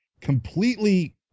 completely